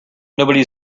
nobody